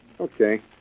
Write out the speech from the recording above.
Okay